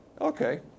Okay